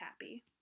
happy